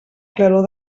claror